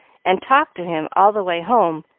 and talk to him all the way home,